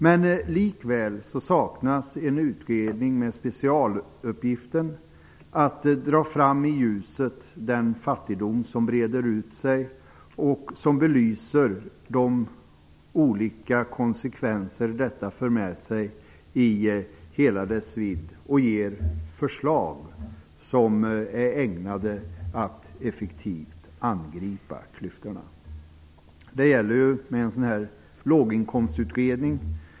Men likväl saknas en utredning med specialuppgiften att i ljuset dra fram den fattigdom som breder ut sig och som belyser de olika konsekvenser detta för med sig i hela dess vidd och ger förslag som är ägnade att effektivt angripa klyftorna. I en motion har jag förordat en låginkomstutredning.